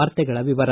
ವಾರ್ತೆಗಳ ವಿವರ